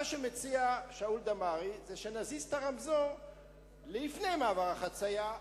מה שמציע שאול דמארי זה שנזיז את הרמזור לפני מעבר החצייה,